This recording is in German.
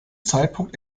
zeitpunkt